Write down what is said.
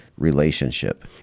relationship